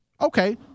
Okay